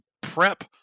prep